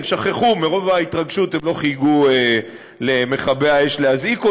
והם שכחו מרוב ההתרגשות הם לא חייגו למכבי אש להזעיק אותם,